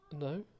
No